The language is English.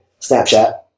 Snapchat